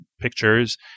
pictures